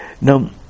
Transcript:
now